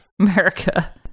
america